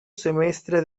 semestre